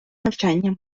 навчання